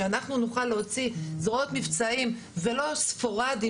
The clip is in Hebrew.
שאנחנו נוכל להוציא זרועות מבצעים ולא ספורדית